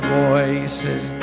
voices